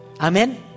Amen